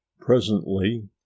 presently